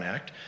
Act